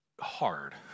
hard